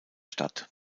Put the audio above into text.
stadt